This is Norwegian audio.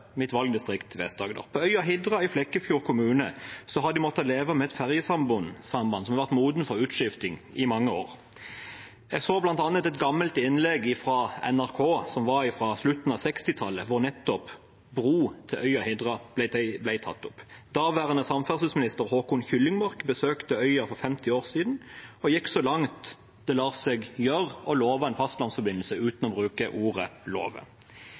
mitt valgdistrikt, Vest-Agder. På øya Hidra i Flekkefjord kommune har de måttet leve med et fergesamband som har vært modent for utskifting i mange år. Jeg så bl.a. et gammelt innlegg fra NRK fra slutten av 1960-tallet, hvor nettopp bro til øya Hidra ble tatt opp. Daværende samferdselsminister Håkon Kyllingmark besøkte øya for 50 år siden og gikk så langt det lar seg gjøre i å love en fastlandsforbindelse uten å bruke ordet